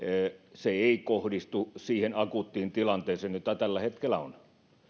se ei kohdistu siihen akuuttiin tilanteeseen joka tällä hetkellä on